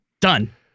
Done